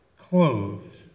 clothed